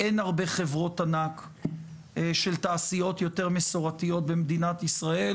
אין הרבה חברות ענק של תעשיות יותר מסורתיות במדינת ישראל,